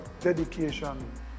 dedication